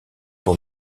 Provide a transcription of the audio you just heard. pour